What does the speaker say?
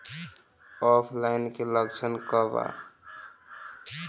ऑफलाइनके लक्षण क वा?